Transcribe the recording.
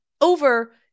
over